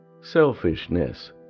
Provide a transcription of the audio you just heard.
selfishness